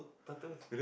turtles